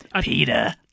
Peter